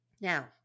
Now